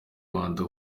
rwanda